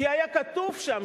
כי היה כתוב שם,